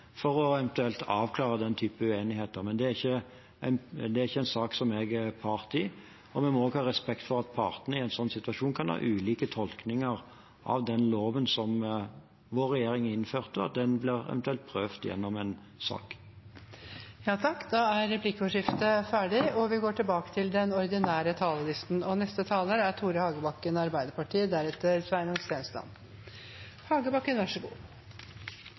for eventuelt å avklare den typen uenigheter. Det er ikke en sak som jeg er part i, og vi må også ha respekt for at partene i en slik situasjon kan ha ulike tolkninger av den loven som vår regjering innførte, og at den eventuelt blir prøvd gjennom en sak. Replikkordskiftet er omme. Mye har skjedd, og skjer, med de prehospitale tjenester. Mulighetene er mange og